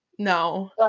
No